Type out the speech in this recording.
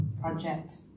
project